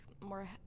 more